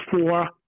four